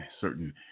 certain